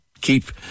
keep